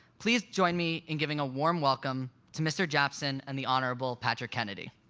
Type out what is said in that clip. please join me in giving a warm welcome to mr. japsen and the honorable patrick kennedy.